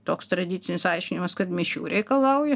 toks tradicinis aiškinimas kad mišių reikalauja